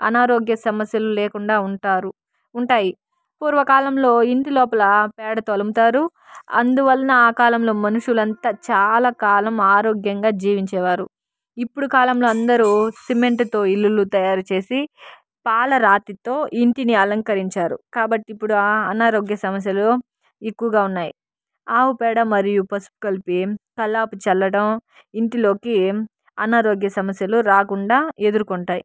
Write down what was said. అనారోగ్య సమస్యలు లేకుండా ఉంటారు ఉంటాయి పూర్వకాలంలో ఇంటి లోపల పేడతో అలుకుతారు అందువలన ఆ కాలంలో మనుషులంతా చాలా కాలం ఆరోగ్యంగా జీవించేవారు ఇప్పుడు కాలంలో అందరూ సిమెంట్తో ఇల్లులు తయారుచేసి పాలరాతితో ఇంటిని అలంకరించారు కాబట్టి ఇప్పుడు ఆ అనారోగ్య సమస్యలు ఎక్కువగా ఉన్నాయి ఆవు పేడ మరియు పసుపు కలిపి కల్లాపు చల్లడం ఇంటిలోకి ఏం అనారోగ్య సమస్యలు రాకుండా ఎదుర్కొంటాయి